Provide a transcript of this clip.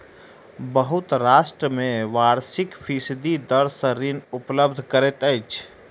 बहुत राष्ट्र में वार्षिक फीसदी दर सॅ ऋण उपलब्ध करैत अछि